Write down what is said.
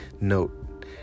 Note